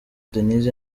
denis